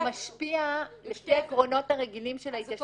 זה משפיע על שני העקרונות הרגילים של ההתיישנות והמחיקה.